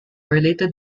related